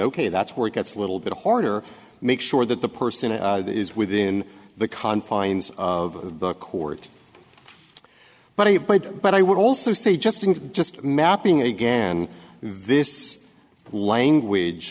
ok that's where it gets a little bit harder to make sure that the person is within the confines of the court but i have played but i would also say just in just mapping again this language